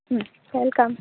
welcome